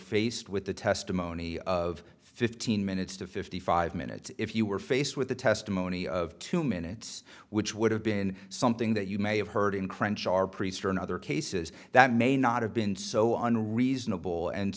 faced with the testimony of fifteen minutes to fifty five minutes if you were faced with the testimony of two minutes which would have been something that you may have heard in crunch our priest or in other cases that may not have been so unreasonable and